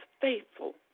faithful